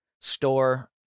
store